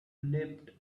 leapt